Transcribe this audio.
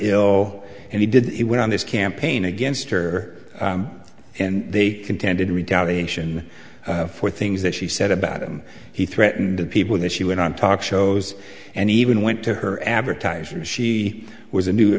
ill and he did he went on this campaign against her and they contended retaliation for things that she said about him he threatened people that she went on talk shows and even went to her advertisers she was a new